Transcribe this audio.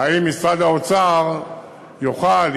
האם משרד האוצר יוכל,